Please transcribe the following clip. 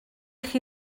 chi